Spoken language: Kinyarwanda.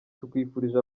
tukwifurije